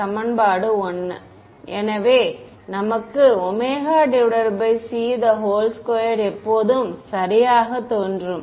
சமன்பாடு 1 எனவே நமக்கு ωc2 எப்போதும் சரியாக தோன்றும்